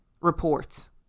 reports